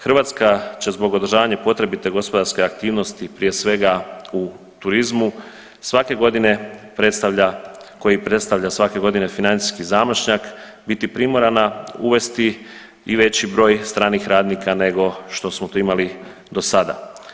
Hrvatska će zbog održavanja potrebite gospodarske aktivnosti prije svega u turizmu koji predstavlja svake godine financijski zamašnjak, biti primorana uvesti veći broj stranih radnika nego što smo to imali do sada.